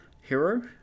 hero